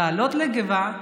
לעלות לגבעה,